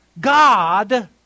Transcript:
God